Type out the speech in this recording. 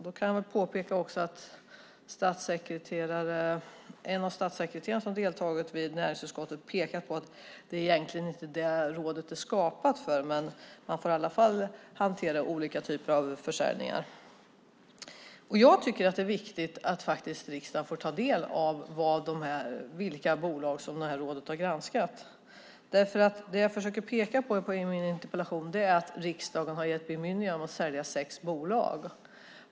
Då kan jag väl också påpeka att en av statssekreterarna som deltagit vid näringsutskottet pekar på att det egentligen inte är det som rådet är skapat för, men att man i alla fall får hantera olika typer av försäljningar. Jag tycker att det är viktigt att riksdagen faktiskt får ta del av vilka bolag som det här rådet har granskat, därför att det jag försöker peka på i min interpellation är att riksdagen har gett bemyndigande om att sälja sex bolag.